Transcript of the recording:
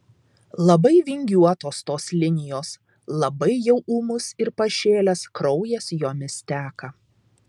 labai vingiuotos tos linijos labai jau ūmus ir pašėlęs kraujas jomis teka